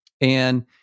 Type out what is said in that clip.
and-